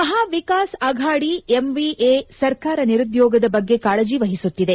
ಮಹಾ ವಿಕಾಸ್ ಅಘಾಡಿ ಎಂವಿಎ ಸರಕಾರ ನಿರುದ್ಕೋಗದ ಬಗ್ಗೆ ಕಾಳಜಿ ವಹಿಸುತ್ತಿದೆ